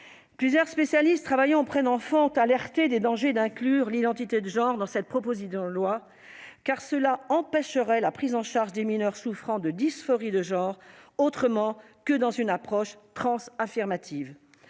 Plusieurs spécialistes qui travaillent auprès d'enfants ont alerté sur les dangers d'inclure l'identité de genre dans cette proposition de loi. Cela pourrait empêcher la prise en charge de mineurs souffrant de dysphorie de genre autrement que dans la seule approche transaffirmative.